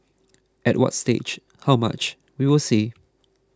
at what stage how much we will see